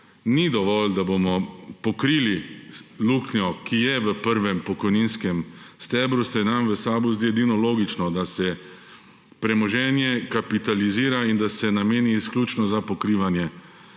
ni dovolj, da bi pokrili luknjo, ki je v prvem pokojninskem stebru, se nam v SAB zdi edino logično, da se premoženje kapitalizira in da se nameni izključno za pokrivanje